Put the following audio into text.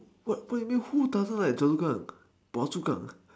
what what you mean who doesn't like Choa-Chu-Kang Phua-Chu-Kang